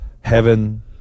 heaven